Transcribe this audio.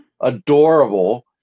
adorable